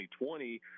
2020